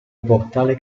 portale